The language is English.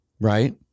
right